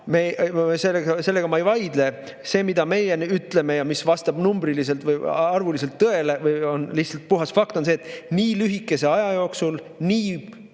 selle vastu ma ei vaidle. See, mida meie ütleme ja mis vastab numbriliselt või arvuliselt tõele ja on lihtsalt puhas fakt, on see, et nii lühikese aja jooksul nii